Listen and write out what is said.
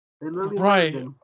Right